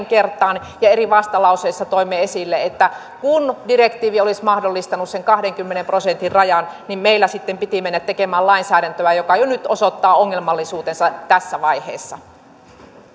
kertaan ja eri vastalauseissa toimme esille että kun direktiivi olisi mahdollistanut sen kahdenkymmenen prosentin rajan niin meillä sitten piti mennä tekemään lainsäädäntöä joka jo nyt osoittaa ongelmallisuutensa tässä vaiheessa